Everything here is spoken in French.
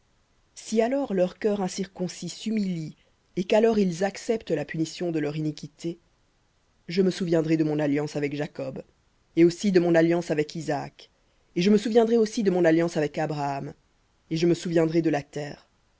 si alors leur cœur incirconcis s'humilie et qu'alors ils acceptent la punition de leur iniquité je me souviendrai de mon alliance avec jacob et aussi de mon alliance avec isaac et je me souviendrai aussi de mon alliance avec abraham et je me souviendrai de la terre